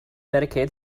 medicaid